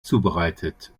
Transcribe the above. zubereitet